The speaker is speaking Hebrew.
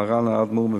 מרן האדמו"ר מוויז'ניץ,